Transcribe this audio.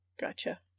Gotcha